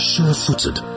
Sure-footed